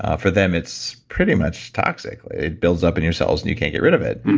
ah for them it's pretty much toxic. it builds up in your cells and you can't get rid of it.